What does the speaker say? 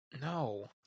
No